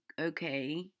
Okay